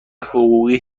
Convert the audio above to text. حقوقی